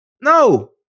No